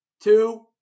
two